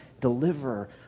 deliver